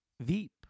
Veep